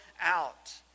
out